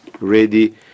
ready